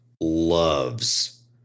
loves